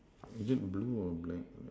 is it blue or black